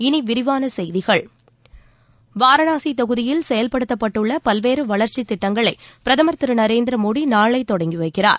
இனி விரிவான செய்திகள் வாரணாசி தொகுதியில் செயல்படுத்தப்பட்டுள்ள பல்வேறு வளர்ச்சித் திட்டங்களை பிரதமர் திரு நரேந்திர மோடி நாளை தொடங்கி வைக்கிறார்